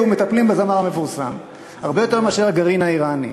מטפלים בזמר המפורסם הרבה יותר מאשר בגרעין האיראני.